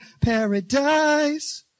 paradise